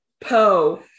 Poe